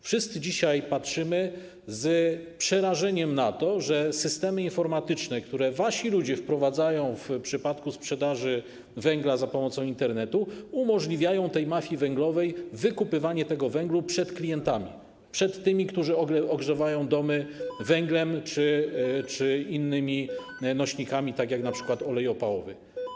Wszyscy dzisiaj patrzymy z przerażeniem na to, że systemy informatyczne, które wasi ludzie wprowadzają w przypadku sprzedaży węgla za pomocą Internetu, umożliwiają tej mafii węglowej wykupywanie tego węgla przed klientami, przed tymi, którzy ogrzewają domy węglem czy innymi nośnikami, jak np. olej opałowy.